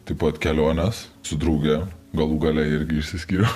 taip pat keliones su drauge galų gale irgi išsiskyriau